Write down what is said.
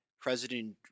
President